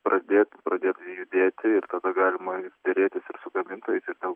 pradėt pradėt judėti ir tada galima derėtis ir su gamintojais ir dėl